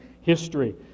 history